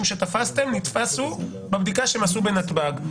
שתפסתם נתפסו בבדיקה שהם עשו בנתב"ג.